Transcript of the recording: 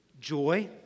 joy